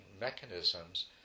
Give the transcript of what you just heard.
mechanisms